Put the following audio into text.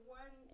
one